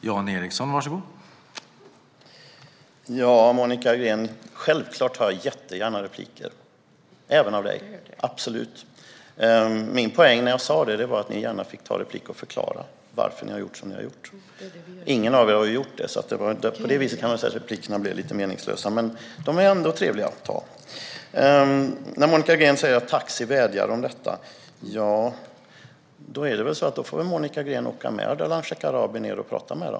Herr talman! Monica Green! Självfallet tar jag jättegärna repliker, även av dig, absolut! Min poäng var att ni gärna får ta replik och förklara varför ni har gjort som ni har gjort. Det har ingen av er gjort, så på så vis kan man säga att replikerna blev lite meningslösa. Men de är ändå trevliga att ta. Monica Green sa att taxibranschen vädjar om detta. Ja, då får väl Monica Green åka med Ardalan Shekarabi ned och prata med dem.